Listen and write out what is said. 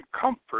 comfort